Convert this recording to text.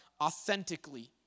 authentically